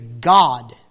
God